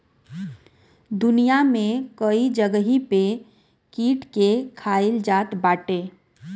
दुनिया में कई जगही पे कीट के खाईल जात बाटे